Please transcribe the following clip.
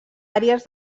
àrees